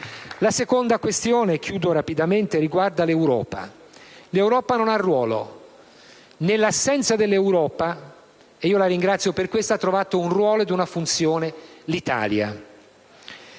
La seconda questione, infine, riguarda l'Europa. L'Europa non ha ruolo e nell'assenza dell'Europa (e io la ringrazio per questo) ha trovato un ruolo ed una funzione l'Italia.